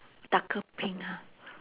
darker pink ha